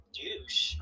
douche